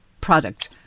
product